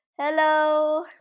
Hello